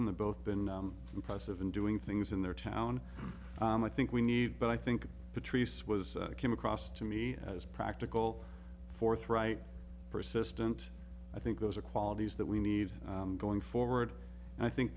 them the both been impressive in doing things in their town i think we need but i think patrice was came across to me as practical forthright persistent i think those are qualities that we need going forward and i think